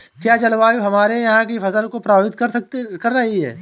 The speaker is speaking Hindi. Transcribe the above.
क्या जलवायु हमारे यहाँ की फसल को प्रभावित कर रही है?